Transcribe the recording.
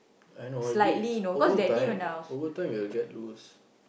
I know a bit overtime overtime will get loose